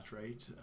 right